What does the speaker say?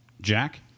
Jack